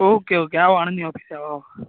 okay okay આવો આણંદની ઓફિસે આવો આવો